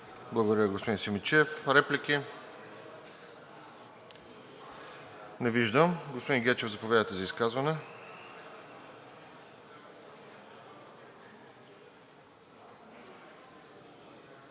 Благодаря, господин Симидчиев. Реплики? Не виждам. Господин Гечев, заповядайте за изказване.